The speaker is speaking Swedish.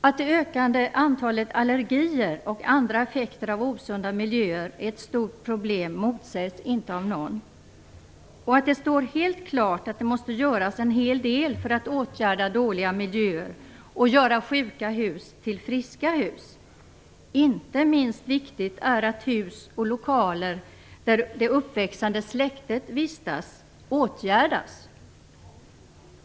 Att det ökande antalet allergier och andra effekter av osunda miljöer är ett stort problem motsägs inte av någon. Det står helt klart att det måste göras en hel del för att åtgärda dåliga miljöer och att göra sjuka hus till friska hus. Inte minst viktigt är att hus och lokaler där det uppväxande släktet vistas åtgärdas.